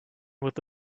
with